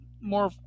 more